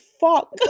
fuck